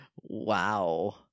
wow